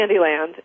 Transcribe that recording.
Candyland